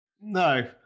No